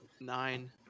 Nine